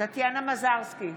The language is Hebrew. טטיאנה מזרסקי,